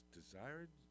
desired